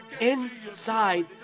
inside